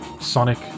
Sonic